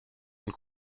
und